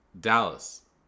Dallas